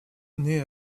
naît